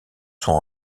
sont